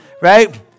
right